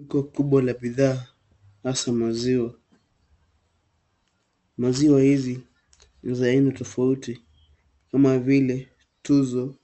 Duka kubwa la bidhaa, hasa maziwa. Maziwa hizi ni za aina tofauti, kama vile, Tuzo,